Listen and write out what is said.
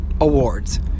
awards